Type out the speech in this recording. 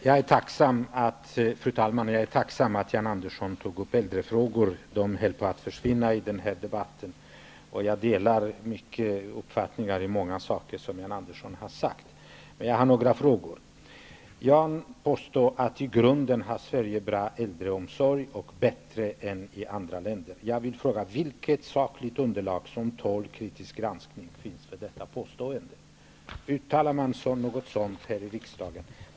Fru talman! Jag är tacksam för att Jan Andersson tog upp frågor om de äldre. De sakerna höll på att försvinna i den här debatten. I mångt och mycket delar jag Jan Anderssons uppfattning. Men jag har några frågor. Jan Andersson påstår att Sverige i grunden har en bra äldreomsorg och att denna dessutom är bättre än i andra länder. Finns det beträffande detta, här i riksdagen gjorda, påstående ett sakligt underlag som tål en kritisk granskning?